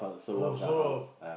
oh so of